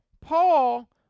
Paul